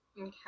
Okay